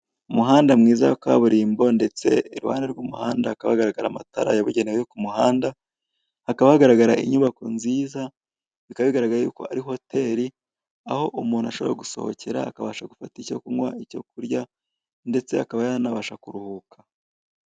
Umuhanda mwiza wa kaburimbo ndetse iruhande rw'umuhanda hakaba hagaragara amatara yabugenewe yo ku muhanda, bikaba hagaragara inyubako nziza, bikaba bigaragara yuko ari hoteli, aho umuntu ashobora gusohokera akabasha gufata icyo kunywa icyo kurya, ndetse akaba yanabasha kuruhuka.